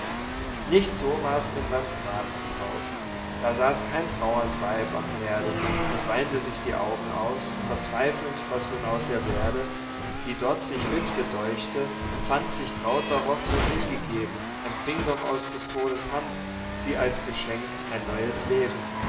nicht so war's in van stratens haus da saß kein trauernd weib am heerde und weinte sich die augen aus verzweifelnd was nun aus ihr werde die dort sich wittwe däuchte fand sich trauter hoffnung hingegeben empfing doch aus des todes hand sie als geschenk ein neues leben